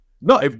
no